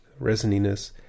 resininess